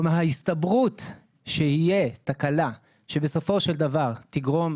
כלומר, ההסתברות שתהיה תקלה שבסופו של דבר תגרום